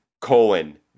colon